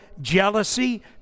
jealousy